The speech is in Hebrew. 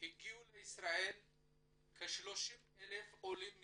הגיעו לישראל כ-30,000 עולים מצרפת,